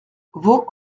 vaux